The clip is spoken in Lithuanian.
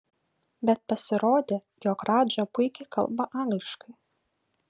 bet pasirodė jog radža puikiai kalba angliškai